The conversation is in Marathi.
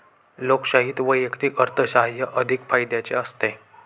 लोकशाहीत वैयक्तिक अर्थसाहाय्य अधिक फायद्याचे असते